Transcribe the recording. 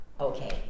okay